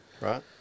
right